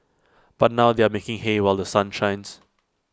but now they are making hay while The Sun shines